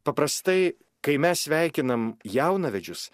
paprastai kai mes sveikinam jaunavedžius